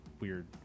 weird